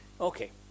Okay